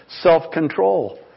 self-control